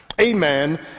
amen